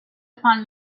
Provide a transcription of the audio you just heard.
upon